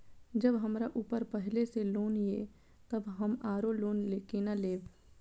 जब हमरा ऊपर पहले से लोन ये तब हम आरो लोन केना लैब?